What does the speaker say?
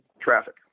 traffic